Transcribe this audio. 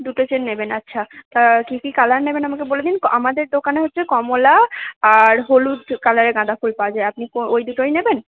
দুটো চেন নেবেন আচ্ছা তা কী কী কালার নেবেন আমাকে বলে দিন আমাদের দোকানে হচ্ছে কমলা আর হলুদ কালারের গাঁদাফুল পাওয়া যায় আপনি ওই দুটোই নেবেন